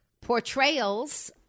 portrayals